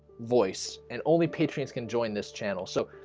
voice and only patriots can join this channel, so